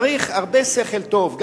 צריך הרבה שכל טוב,